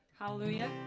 hallelujah